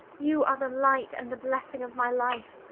you are the light and the blessing of my life.